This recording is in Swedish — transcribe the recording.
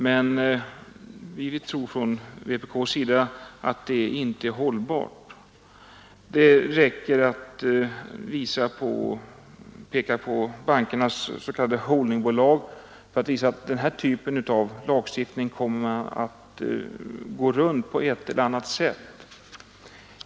Men från vpk: sida tror vi inte att det är hållbart. Det räcker med att peka på bankernas s.k. holdingbolag för att visa att man kommer att på ett eller annat sätt gå runt den typen av lagstiftning.